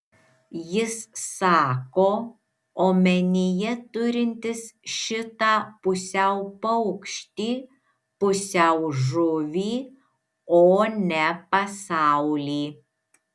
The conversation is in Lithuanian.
jis sako omenyje turintis šitą pusiau paukštį pusiau žuvį o ne pasaulį